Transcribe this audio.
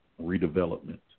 redevelopment